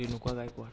Renuka Gaikwad